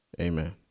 Amen